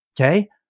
Okay